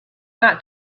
not